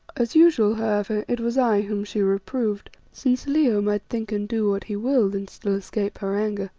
as usual, however, it was i whom she reproved, since leo might think and do what he willed and still escape her anger.